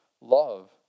love